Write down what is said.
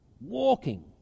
walking